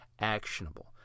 actionable